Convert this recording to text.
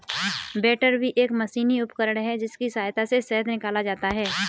बैटरबी एक मशीनी उपकरण है जिसकी सहायता से शहद निकाला जाता है